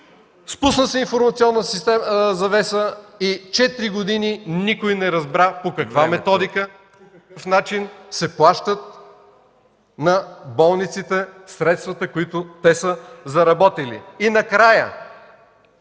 Спусна се информационна завеса и четири години никой не разбра по каква методика, по какъв начин се плащат средствата на болниците, които те са заработили. И накрая,